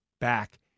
back